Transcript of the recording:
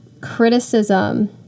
criticism